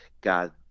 god